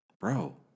bro